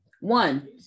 one